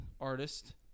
artist